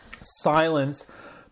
Silence